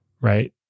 right